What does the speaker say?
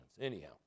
Anyhow